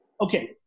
Okay